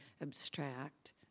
abstract